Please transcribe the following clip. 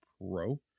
Pro